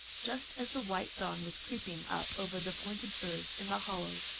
just as the white dawn was creeping up over the pointed firs in the hollow,